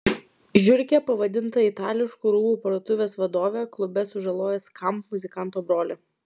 žiurke pavadinta itališkų rūbų parduotuvės vadovė klube sužalojo skamp muzikanto brolį